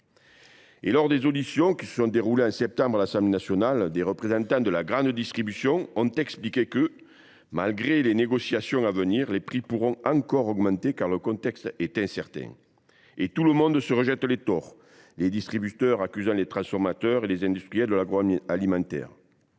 Lors des auditions, qui se sont déroulées en septembre dernier à l’Assemblée nationale, des représentants de la grande distribution ont expliqué que, malgré les négociations à venir, les prix pourraient encore augmenter, car le contexte est incertain. Tout le monde se rejette les torts : les distributeurs accusent les transformateurs et les industriels de l’agroalimentaire.